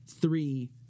three